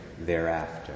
thereafter